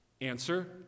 Answer